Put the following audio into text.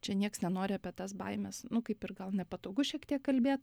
čia nieks nenori apie tas baimes nu kaip ir gal nepatogu šiek tiek kalbėt